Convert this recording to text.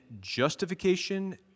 justification